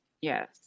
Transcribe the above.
Yes